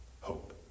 Hope